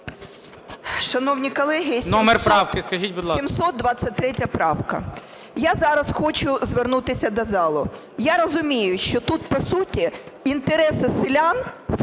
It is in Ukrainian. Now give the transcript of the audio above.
ТИМОШЕНКО Ю.В. 723 правка. Я зараз хочу звернутися до залу. Я розумію, що тут по суті інтереси селян,